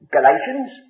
Galatians